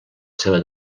seva